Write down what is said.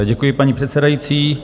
Děkuji, paní předsedající.